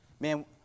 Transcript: Man